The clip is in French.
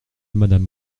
madame